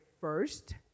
first